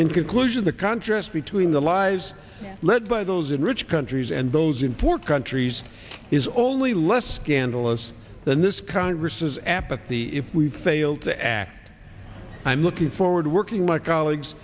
in conclusion the contrast between the lies led by those in rich countries and those in poor countries is only less scandalous than this congress is apathy if we fail to act i'm looking forward to working